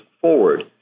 forward